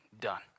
done